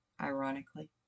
ironically